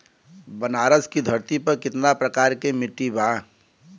बनारस की धरती पर कितना प्रकार के मिट्टी बा?